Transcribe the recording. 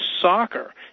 soccer